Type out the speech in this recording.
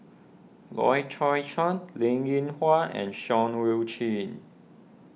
Loy Chye Chuan Linn in Hua and Seah Eu Chin